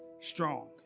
strong